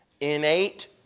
innate